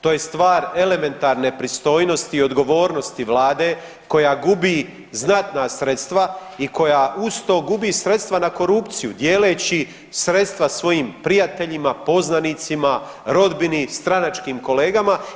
To je stvar elementarne pristojnosti i odgovornosti vlade koja gubi znatna sredstva i koja uz to gubi sredstva na korupciju dijeleći sredstava svojim prijateljima, poznanicima, rodbini, stranačkim kolegama.